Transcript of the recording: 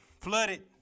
Flooded